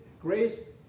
grace